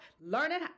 learning